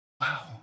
Wow